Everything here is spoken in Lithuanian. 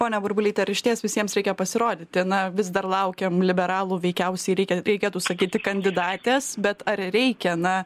pone burbulyte ar išties visiems reikia pasirodyti na vis dar laukiam liberalų veikiausiai reikia reikėtų sakyti kandidatės bet ar reikia na